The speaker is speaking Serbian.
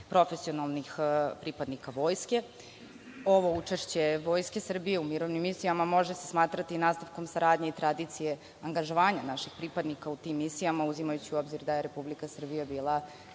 profesionalnih pripadnika vojske. Ovo učešće Vojske Srbije u mirovnim misijama može se smatrati nastavkom saradnje i tradicije angažovanja naših pripadnika u tim misijama uzimajući u obzir da je Republika Srbija bila